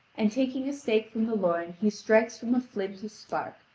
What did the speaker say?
and taking a steak from the loin he strikes from a flint a spark,